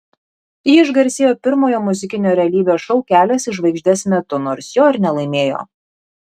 ji išgarsėjo pirmojo muzikinio realybės šou kelias į žvaigždes metu nors jo ir nelaimėjo